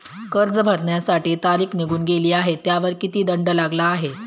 कर्ज भरण्याची तारीख निघून गेली आहे त्यावर किती दंड लागला आहे?